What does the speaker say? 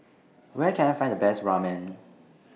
Where Can I Find The Best Ramen